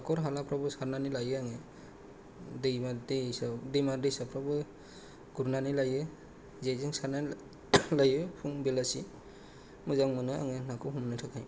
हाखर हालाफ्रावबो सारनानै लायो आङो दैमा दैसाफ्रावबो गुरनानै लायो जेजों सारनानै लायो फुं बेलासि मोजां मोनो आङो नाखौ हमनो थाखाय